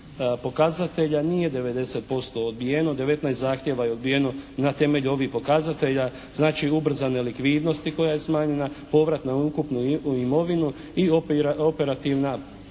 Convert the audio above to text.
pokazatelja nije 90% odbijeno, 19 zahtjeva je odbijeno na temelju ovih pokazatelja, znači ubrzane likvidnosti koja je smanjena, povrat na ukupnu imovinu i operativna